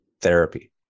therapy